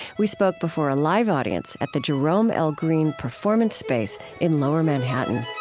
we spoke before a live audience at the jerome l. greene performance space in lower manhattan